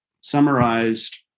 summarized